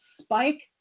spike